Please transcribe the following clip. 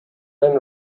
than